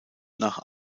nach